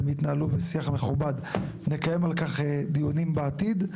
אנחנו נקיים על כך דיונים בעתיד בשיח מכובד.